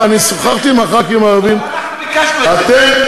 אנחנו ביקשנו את זה.